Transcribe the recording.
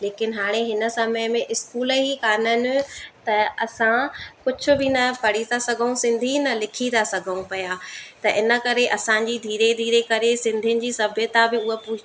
लेकिन हाणे हिन समय में स्कूल ई काननि त असां कुझु बि न पढ़ी सघूं सिंधी न लिखी था सघूं पिया त इन करे असांजी धीरे धीरे करे सिंधीयुनि जी सभ्यता बि उहा पू